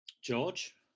George